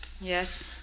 Yes